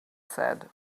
said